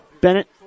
Bennett